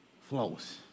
flows